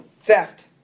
theft